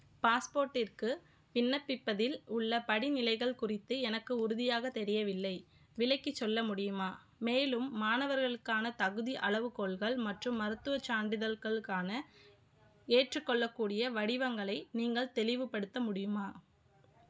பாஸ்போர்டிற்கு விண்ணப்பிப்பதில் உள்ள படிநிலைகள் குறித்து எனக்கு உறுதியாக தெரியவில்லை விளக்கிச் சொல்ல முடியுமா மேலும் மாணவர்களுக்கான தகுதி அளவுகோல்கள் மற்றும் மருத்துவச் சான்றிதழ்களுக்கான ஏற்றுக்கொள்ளக்கூடிய வடிவங்களை நீங்கள் தெளிவுப்படுத்த முடியுமா